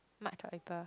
March or April